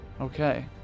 okay